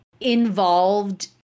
involved